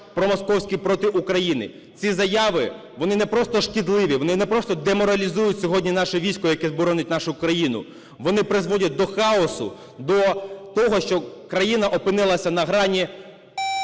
промосковський проти України. Ці заяви, вони не просто шкідливі, вони не просто деморалізують сьогодні наше військо, яке боронить нашу країну. Вони призводять до хаосу, до того, що країна опинилася на грані